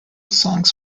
songs